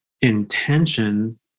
intention